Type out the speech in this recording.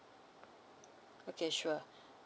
okay sure